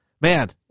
man